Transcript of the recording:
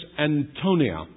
Antonia